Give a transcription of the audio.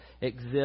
exist